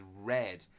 red